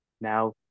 now